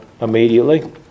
immediately